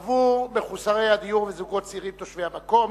שטרם שווקה עבור מחוסרי הדיור וזוגות צעירים תושבי המקום.